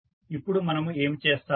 ఇప్పుడు మనము ఏమి చేస్తాము